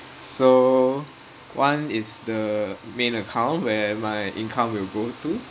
so one is the main account where my income will go to